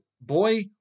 boy